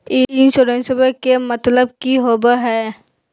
इंसोरेंसेबा के मतलब की होवे है?